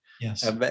Yes